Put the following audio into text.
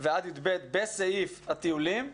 ועד י"ב בסעיף הטיולים,